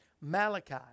malachi